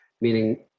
Meaning